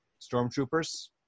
stormtroopers